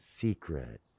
secret